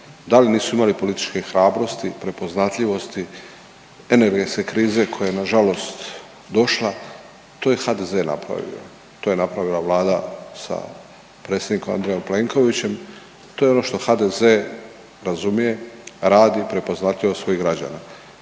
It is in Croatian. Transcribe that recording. dal nisu imali političke hrabrosti, prepoznatljivosti, energetske krize koja je nažalost došla, to je HDZ napravio, to je napravila Vlada sa predsjednikom Andrejom Plenkovićem, to je ono što HDZ razumije, radi, prepoznatljivost svojih građana.